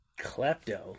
Klepto